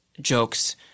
jokes